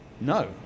No